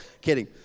Kidding